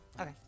okay